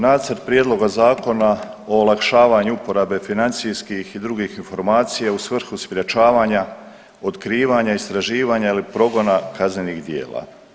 nacrt prijedloga Zakona o olakšavanju uporabe financijskih i drugih informacija u svrhu sprječavanja, otkrivanja, istraživanja ili progona kaznenih djela.